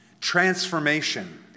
transformation